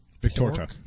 Victoria